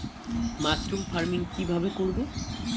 Mushroom farming কি ভাবে করব?